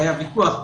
היה ויכוח.